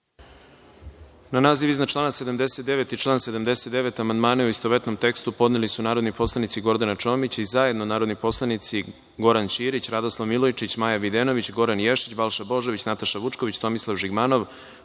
Na naziv iznad člana 79 i član 79 amandmane u istovetnom tekstu podneli su narodni poslanici Gordana Čomić, i zajedno narodni poslanici Goran Ćirić, Radoslav Milojičić, Maja Videnović, Goran Ješić, Balša Božović, Nataša Vučković, Tomislav Žigmanov,